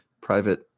private